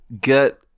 get